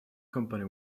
company